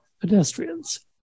pedestrians